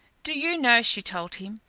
do you know, she told him,